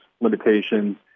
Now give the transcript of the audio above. limitations